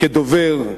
כדובר,